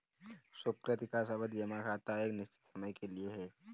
सुकृति का सावधि जमा खाता एक निश्चित समय के लिए है